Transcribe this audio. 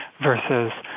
versus